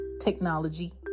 technology